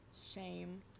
Shame